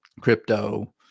crypto